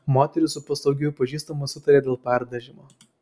moteris su paslaugiuoju pažįstamu sutarė dėl perdažymo